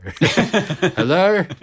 Hello